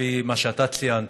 לפי מה שאתה ציינת,